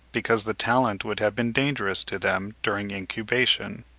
because the talent would have been dangerous to them during incubation.